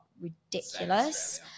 ridiculous